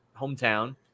hometown –